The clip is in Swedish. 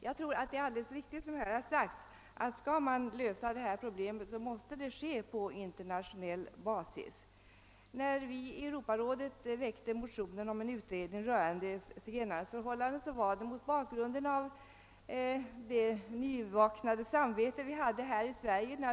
Jag tror att det är alldeles riktigt, som här har sagts, att skall man lösa detta problem måste det ske på internationell basis. När vi i Europarådet väckte motionen om en utredning rörande zigenarnas förhållanden var det mot bakgrunden av det nyvaknade samvete vi hade här i Sverige.